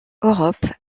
europe